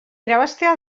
irabaztea